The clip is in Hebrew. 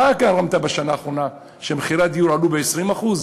למה גרמת בשנה האחרונה, שמחירי הדיור עלו ב-20%?